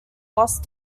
lost